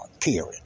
period